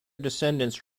descendants